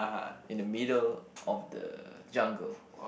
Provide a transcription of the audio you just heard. in the middle of the jungle